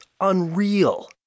unreal